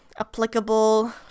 applicable